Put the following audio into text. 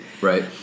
Right